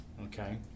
okay